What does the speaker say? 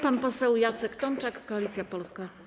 Pan poseł Jacek Tomczak, Koalicja Polska.